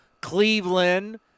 Cleveland